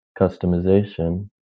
customization